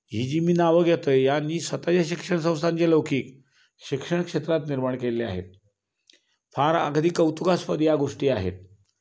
ही जी मी नावं घेतो आहे यानी स्वत च्या शिक्षण संस्थांचे लौकिक शिक्षण क्षेत्रात निर्माण केलेले आहेत फार अगदी कौतुकास्पद या गोष्टी आहेत